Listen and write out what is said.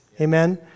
Amen